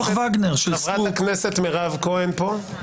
חברת הכנסת מירב כהן פה?